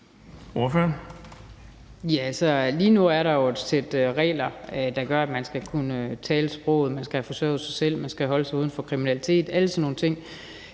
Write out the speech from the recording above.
Lige nu er der jo et sæt regler, der gør, at man skal kunne tale sproget, man skal have forsørget sig selv, man skal holde sig uden for kriminalitet – alle sådan nogle ting.